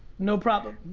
no problem.